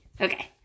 Okay